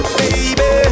baby